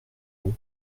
pour